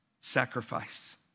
sacrifice